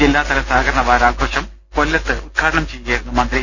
ജില്ലാതല സഹകരണ വാരാഘോഷം കൊല്ലത്ത് ഉദ്ഘാടനം ചെയ്യുകയായിരുന്നു മന്ത്രി